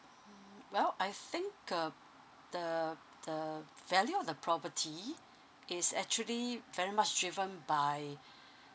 well I think uh the the value of the property is actually very much driven by